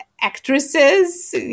actresses